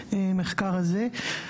היא של חוסר אונים ומצוקה מאוד קשה.